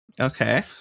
Okay